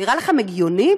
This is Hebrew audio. נראה לכם הגיוני?